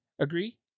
Agree